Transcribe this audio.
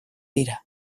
dira